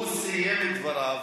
הוא סיים את דבריו.